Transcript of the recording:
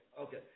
okay